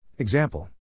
Example